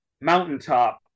mountaintop